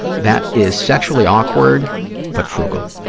that is sexually awkward but frugal.